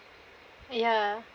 ya